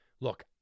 Look